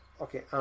Okay